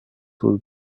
was